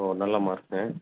ஓ நல்ல மார்க்ங்க